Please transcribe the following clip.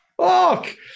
Fuck